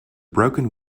broken